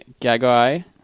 Gagai